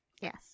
Yes